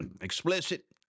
explicit